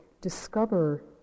discover